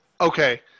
Okay